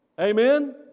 Amen